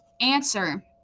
Answer